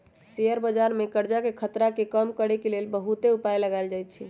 share बजार में करजाके खतरा के कम करए के लेल बहुते उपाय लगाएल जाएछइ